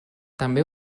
també